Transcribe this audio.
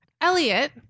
Elliot